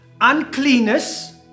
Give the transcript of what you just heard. Uncleanness